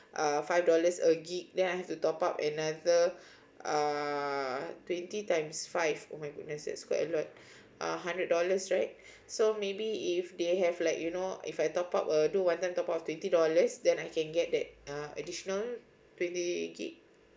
uh five dollars a git then I have to top up another err twenty times five oh my goddesses quite a lot uh hundred dollars right so maybe if they have like you know if I top up err don't want top up twenty dollars then I can get that uh additional twenty git